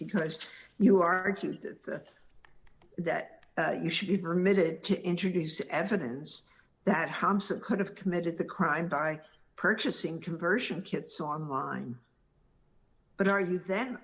because you argue that the that you should be permitted to introduce evidence that hamsa could have committed the crime by purchasing conversion kits online but are you then